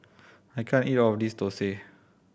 I can't eat all of this thosai